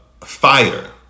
fire